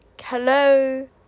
Hello